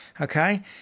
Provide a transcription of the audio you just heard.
okay